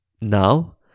Now